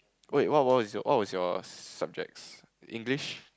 wait what was your what was your subjects English